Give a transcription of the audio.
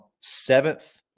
seventh